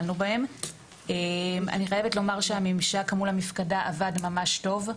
אני חייבת לומר שהממשק מול המפקדה עבד בצורה טובה.